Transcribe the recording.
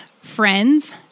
friends